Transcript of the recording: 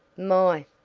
my,